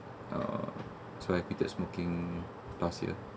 uh so I quited smoking last year